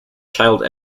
child